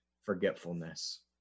forgetfulness